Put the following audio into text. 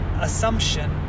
assumption